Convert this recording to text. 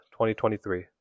2023